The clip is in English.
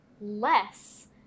less